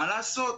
מה לעשות?